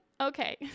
Okay